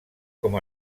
com